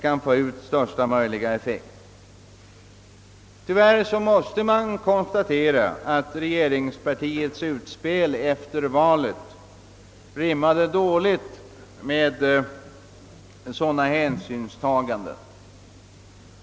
Man måste tyvärr konstatera att regeringspartiets utspel efter valet rim made illa med sådana hänsynstaganden.